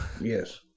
yes